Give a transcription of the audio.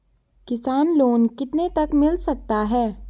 किसान लोंन कितने तक मिल सकता है?